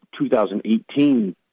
2018